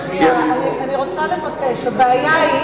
אני רוצה לבקש: הבעיה היא,